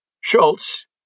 Schultz